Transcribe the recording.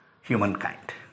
humankind